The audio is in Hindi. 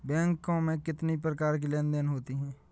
बैंक में कितनी प्रकार के लेन देन देन होते हैं?